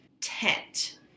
tent